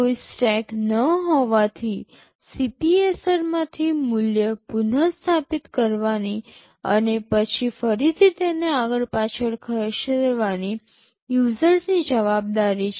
કોઈ સ્ટેક ન હોવાથી CPSR માંથી મૂલ્ય પુન સ્થાપિત કરવાની અને પછી ફરી તેને આગળ પાછળ ખસેડવાની યુઝર્સની જવાબદારી છે